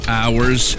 hours